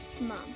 Mom